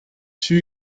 two